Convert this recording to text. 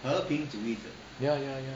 ya ya ya